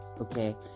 okay